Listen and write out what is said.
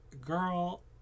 girl